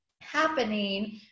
happening